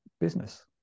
business